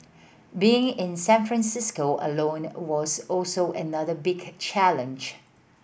being in San Francisco alone was also another big challenge